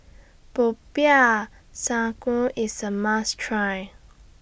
Popiah Sayur IS A must Try